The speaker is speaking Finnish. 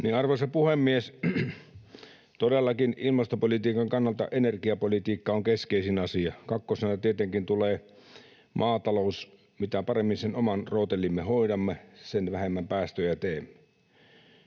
Arvoisa puhemies! Todellakin ilmastopolitiikan kannalta energiapolitiikka on keskeisin asia, kakkosena tietenkin tulee maatalous. Mitä paremmin sen oman rootelimme hoidamme, sitä vähemmän päästöjä teemme.